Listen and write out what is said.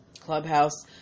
Clubhouse